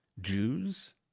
Jews